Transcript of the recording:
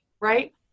right